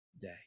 day